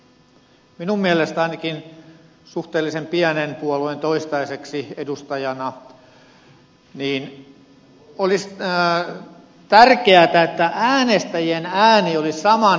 minun mielestäni ainakin suhteellisen pienen puolueen toistaiseksi edustajana olisi tärkeätä että äänestäjien ääni olisi samanarvoinen